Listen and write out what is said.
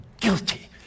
guilty